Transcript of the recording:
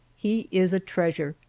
he is a treasure,